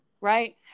right